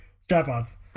Strap-ons